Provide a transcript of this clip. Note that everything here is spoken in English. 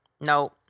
no